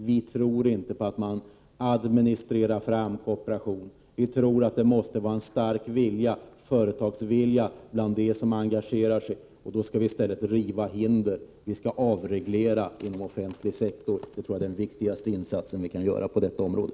Vi tror inte att man kan administrera fram kooperation. Vi tror att det måste finnas en stark vilja att driva företag bland dem som engagerar sig. Vi skall i stället riva hindren och avreglera inom den offentliga sektorn. Det tror jag är den viktigaste insats som vi kan göra på detta område.